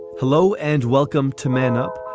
hello and welcome to man up.